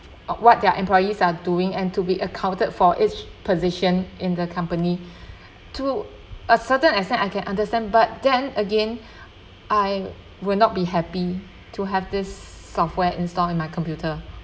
uh what their employees are doing and to be accounted for each position in the company to a certain extent I can understand but then again I will not be happy to have this software installed in my computer